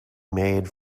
made